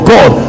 God